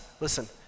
listen